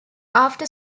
after